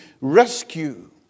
rescue